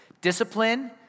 Discipline